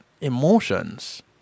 Emotions